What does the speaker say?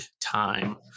time